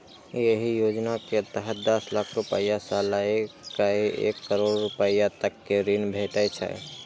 एहि योजना के तहत दस लाख रुपैया सं लए कए एक करोड़ रुपैया तक के ऋण भेटै छै